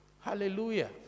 Hallelujah